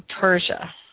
Persia